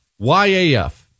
YAF